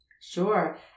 Sure